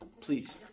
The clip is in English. please